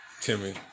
Timmy